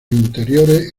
interiores